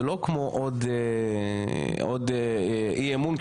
זה לא כמו עוד אי אמון,